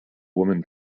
woman